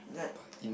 that